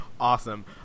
Awesome